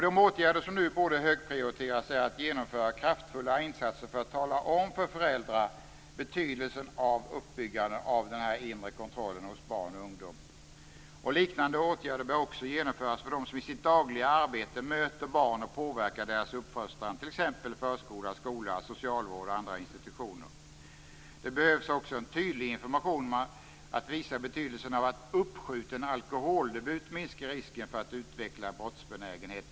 De åtgärder som nu borde högprioriteras är att genomföra kraftfulla insatser för att tala med för föräldrar om betydelsen av uppbyggandet av den här inre kontrollen hos barn och ungdomar. Liknade åtgärder bör också genomföras för dem som i sitt dagliga arbete möter barn och påverkar deras uppfostran t.ex. inom förskola, skola, socialvård och andra institutioner. Det behövs också tydlig information för att visa att uppskjuten alkoholdebut minskar risken för att utveckla brottsbenägenhet.